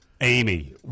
Amy